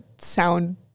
sound